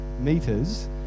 meters